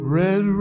red